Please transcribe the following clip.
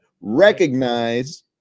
recognize